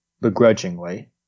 begrudgingly